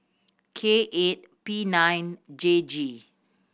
K eight P nine J G